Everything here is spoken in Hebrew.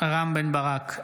רם בן ברק,